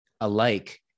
alike